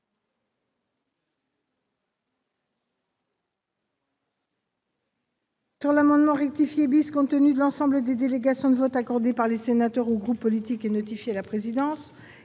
du scrutin. Voici, compte tenu de l'ensemble des délégations de vote accordées par les sénateurs aux groupes politiques et notifiées à la présidence,